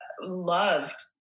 loved